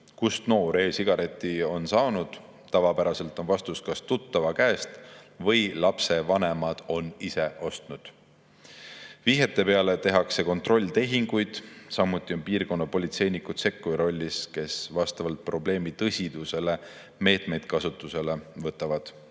kust noor e‑sigareti on saanud. Tavapäraselt on vastus, et kas tuttava käest või lapse vanemad on selle ise ostnud. Vihjete peale tehakse kontrolltehinguid. Samuti on piirkonnapolitseinikud sekkuja rollis ja võtavad vastavalt probleemi tõsidusele meetmeid kasutusele.